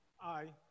Aye